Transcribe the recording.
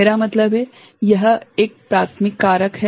मेरा मतलब है कि यह एक प्राथमिक कारक है